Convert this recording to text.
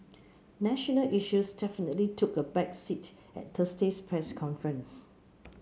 national issues definitely took a back seat at Thursday's press conference